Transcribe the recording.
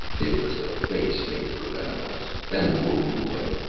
it was a face made for battles and for ruling,